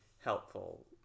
helpful